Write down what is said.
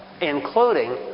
including